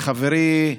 חבר הכנסת סעדי,